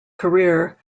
career